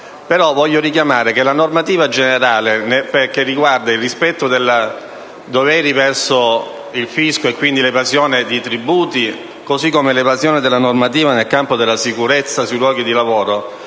Voglio però richiamare il fatto che la normativa generale che riguarda il rispetto del doveri verso il fisco, e quindi l'evasione dei tributi, così come l'elusione della normativa nel campo della sicurezza, automaticamente